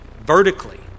vertically